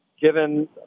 given